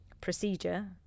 procedure